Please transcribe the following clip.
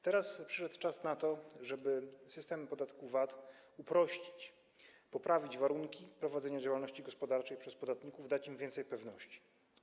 Teraz przyszedł czas na to, żeby system podatku VAT uprościć, poprawić warunki prowadzenia działalności gospodarczej przez podatników, dać im więcej pewności.